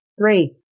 Three